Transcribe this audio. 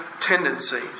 tendencies